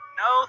no